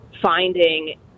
finding